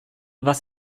was